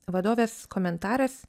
vadovės komentaras